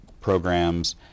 programs